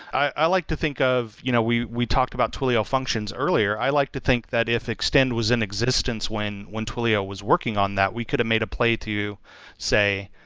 i like to think of you know we we talked about twilio functions earlier, i like to think that if extend was in existence when when twilio was working on that, we could've made a play to say,